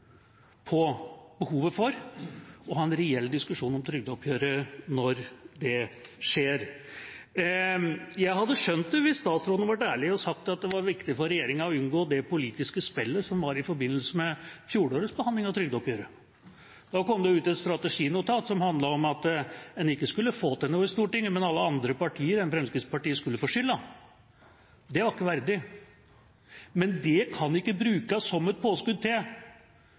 på behovet for å ha en reell diskusjon om trygdeoppgjøret når det skjer. Jeg hadde skjønt det hvis statsråden hadde vært ærlig og sagt at det var viktig for regjeringa å unngå det politiske spillet som var i forbindelse med fjorårets behandling av trygdeoppgjøret. Da kom det ut et strateginotat som handlet om at en ikke skulle få til noe i Stortinget, men alle andre partier enn Fremskrittspartiet skulle få skylda. Det var ikke verdig. Men det kan ikke brukes som et påskudd til